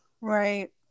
Right